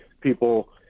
people